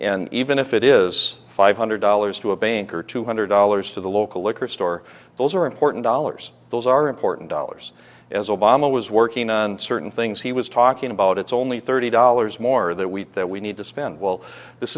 and even if it is five hundred dollars to a bank or two hundred dollars to the local liquor store those are important dollars those are important dollars as obama was working on certain things he was talking about it's only thirty dollars more that we that we need to spend well this